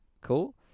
Cool